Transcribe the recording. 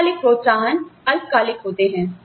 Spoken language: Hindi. अल्पकालिक प्रोत्साहन अल्पकालिक होते हैं